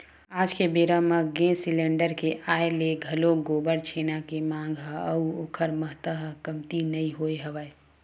आज के बेरा म गेंस सिलेंडर के आय ले घलोक गोबर छेना के मांग ह अउ ओखर महत्ता ह कमती नइ होय हवय